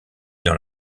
dans